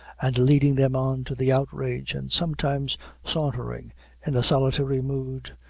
and leading them on to the outrage, and sometimes sauntering in a solitary mood,